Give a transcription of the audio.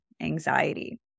anxiety